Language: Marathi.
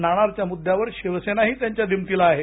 नाणारच्या मुद्द्यावर शिवसेनाही त्यांच्या दिमतीला आहे